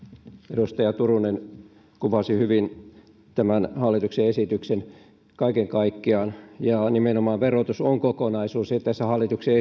edustaja turunen kuvasi hyvin tämän hallituksen esityksen kaiken kaikkiaan nimenomaan verotus on kokonaisuus tässä hallituksen